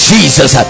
Jesus